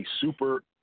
super